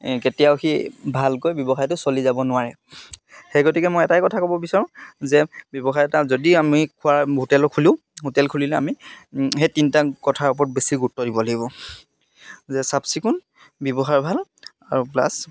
কেতিয়াও সি ভালকৈ ব্যৱসায়টো চলি যাব নোৱাৰে সেই গতিকে মই এটাই কথা ক'ব বিচাৰোঁ যে ব্যৱসায় এটা যদি আমি খোৱাৰ হোটেলো খোলোঁ হোটেল খুলিলে আমি সেই তিনিটা কথাৰ ওপৰত বেছি গুৰুত্ব দিব লাগিব যে চাফ চিকুণ ব্যৱসায় ভাল আৰু প্লাছ